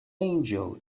angel